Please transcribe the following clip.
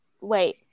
wait